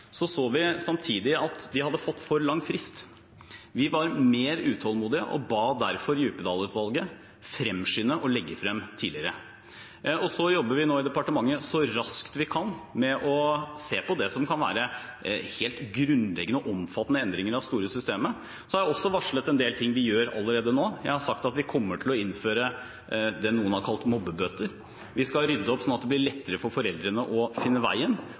så vi samtidig at de hadde fått for lang frist. Vi var mer utålmodige og ba derfor Djupedal-utvalget fremskynde og legge frem tidligere. Så jobber vi nå i departementet så raskt vi kan med å se på det som kan være helt grunnleggende og omfattende endringer av store systemer. Jeg har også varslet en del ting vi gjør allerede nå. Jeg har sagt at vi kommer til å innføre det noen har kalt mobbebøter. Vi skal rydde opp slik at det blir lettere for foreldrene å finne veien,